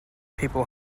people